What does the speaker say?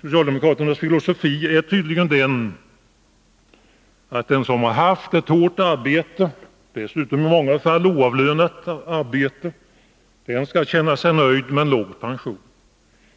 Socialdemokraternas filosofi är tydligen att den som haft ett hårt arbete, dessutom i många fall oavlönat, den skall känna sig nöjd med låg pension,